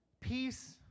Peace